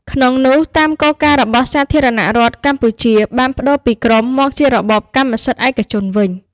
ក្នុងនោះតាមគោលការណ៍របស់សាធារណរដ្ឋកម្ពុជាបានប្តូរពីក្រុមមកជារបបកម្មសិទ្ធិឯកជនវិញ។